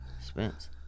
Spence